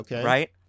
right